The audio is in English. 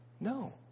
No